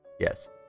Yes